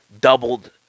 doubled